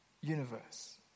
universe